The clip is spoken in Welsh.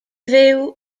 fyw